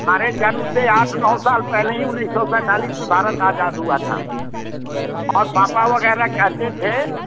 हमारे जन्म से आठ नौ साल पहले ही उन्नीस सौ सैंतालिस में भारत आज़ाद हुआ था और पापा वगैरह कहते थे